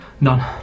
None